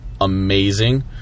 amazing